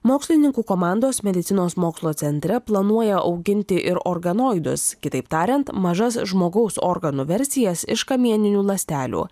mokslininkų komandos medicinos mokslo centre planuoja auginti ir organoidus kitaip tariant mažas žmogaus organų versijas iš kamieninių ląstelių